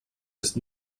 ist